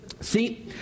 See